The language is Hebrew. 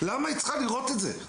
למה היא צריכה לראות את זה?